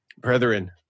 Brethren